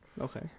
Okay